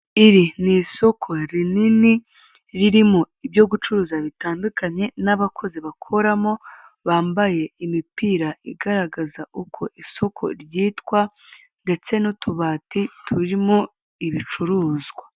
Iri ni isoko rinini, ririmo ibyo gucuruza bitandukanye n'abakozi bakoramo bambaye imipira igaragaza uko isoko ryitwa, ndetse n'utubati turimo ibicuruzwa.